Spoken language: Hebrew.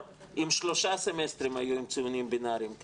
אם שלושה סמסטרים היו עם ציונים בינריים.